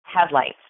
headlights